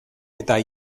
eta